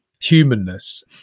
humanness